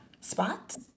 spots